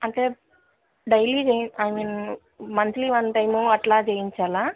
అంటే daily I mean monthly one time అలా చెయ్యించాలా